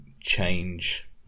change